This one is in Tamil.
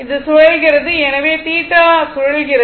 இது சுழல்கிறது எனவே θ சுழல்கிறது